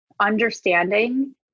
understanding